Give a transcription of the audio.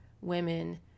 women